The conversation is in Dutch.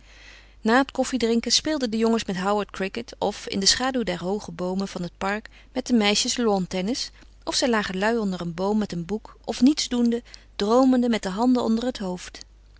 na het koffiedrinken speelden de jongens met howard cricket of in de schaduw der hooge boomen van het park met de meisjes lawntennis of zij lagen lui onder een boom met een boek of niets doende droomende met de handen onder het hoofd